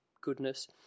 goodness